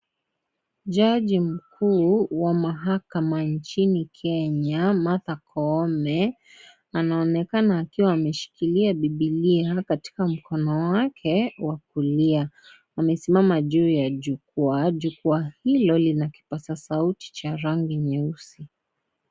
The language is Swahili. Jaji mkuu wa mahakama nchini Kenya Martha Koome anaonekana akiwa ameshikilia bibilia katika mkono wake wa kulia. Amesimama juu ya jukwa, jukwa hilo lina kipazasauti cha rangi nyeusi.